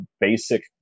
basic